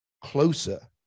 closer